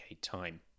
time